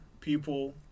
people